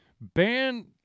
ban